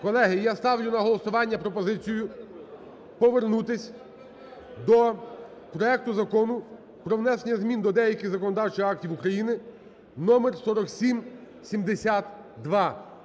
Колеги, я ставлю на голосування пропозицію повернутись до проекту Закону про внесення змін до деяких законодавчих актів України (№ 4772).